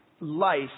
life